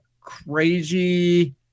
crazy